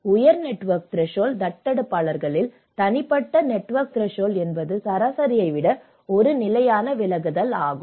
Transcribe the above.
உயர் network threshold தத்தெடுப்பாளர்களில் தனிப்பட்ட நெட்வொர்க் த்ரெஷோள்ட் என்பது சராசரியை விட ஒரு நிலையான விலகலாகும்